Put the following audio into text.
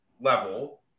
level